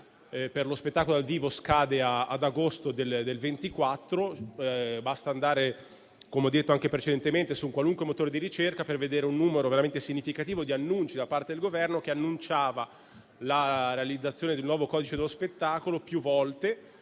per lo spettacolo dal vivo scade ad agosto del 2024; basta andare - come ho detto anche precedentemente - su un qualunque motore di ricerca per vedere un numero veramente significativo di annunci da parte del Governo circa la realizzazione del nuovo codice dello spettacolo, con molte